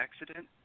accident